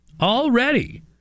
already